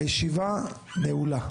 הישיבה נעולה.